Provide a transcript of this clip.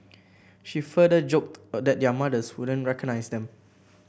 she further joked that their mothers wouldn't recognise them